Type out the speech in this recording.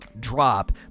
drop